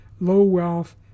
low-wealth